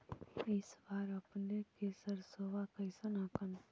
इस बार अपने के सरसोबा कैसन हकन?